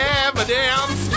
evidence